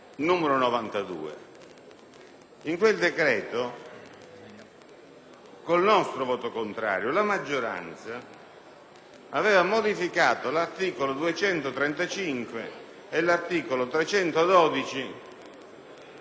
il nostro voto contrario, la maggioranza aveva modificato gli articoli 235 e 312 del codice penale, prevedendo